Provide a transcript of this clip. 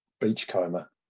beachcomber